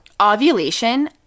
Ovulation